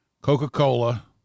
Coca-Cola